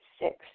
Six